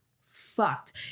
Fucked